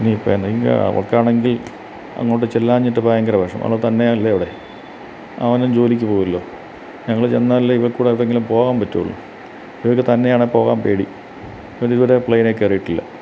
ഇനി ഇപ്പം എന്തെങ്കിലാവ അവൾക്കാണെങ്കിൽ അങ്ങോട്ടു ചെല്ലാഞ്ഞിട്ട് ഭയങ്കര വിഷമം അവൾ തന്നെയല്ലെ അവിടെ അവനും ജോലിക്കു പോകുമല്ലൊ ഞങ്ങൾ ചെന്നാലല്ലേ ഇവൾക്കൂടി എങ്ങോട്ടേലും പോകാൻ പറ്റുകയുള്ളു ഇവൾക്ക് തന്നെയാണെ പോകാൻ പേടി ഇതുവരെ പ്ലെയിനിൽ കയറിയിട്ടില്ല